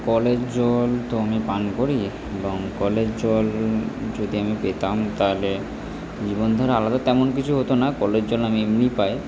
কলের জল তো আমি পান করি এবং কলের জল যদি আমি পেতাম তা হলে জীবনধারা আলাদা তেমন কিছু হতো না কলের জল আমি এমনিই পাই